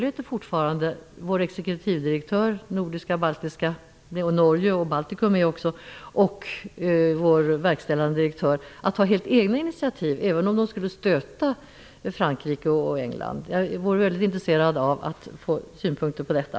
Har vår exekutivdirektör för Norden och Baltikum och vår verkställande direktör möjlighet att ta helt egna initiativ, även om de skulle stöta Frankrike och England? Jag är väldigt intresserad av att få synpunkter på detta.